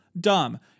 dumb